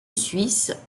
suisse